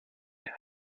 der